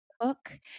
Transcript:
book